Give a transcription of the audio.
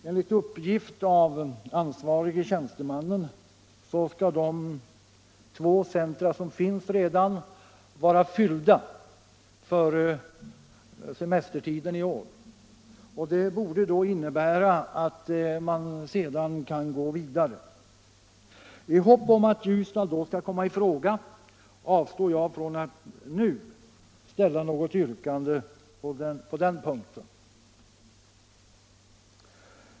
Enligt uppgift av ansvarig tjänsteman skall de två centra som redan finns vara fyllda före semestertiden i år. Det borde innebära att man sedan kan gå vidare. I hopp om att Ljusdal då skall komma i fråga avstår jag från att nu ställa något yrkande på denna punkt.